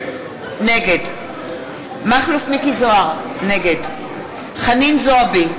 נגד מכלוף מיקי זוהר, נגד חנין זועבי,